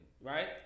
right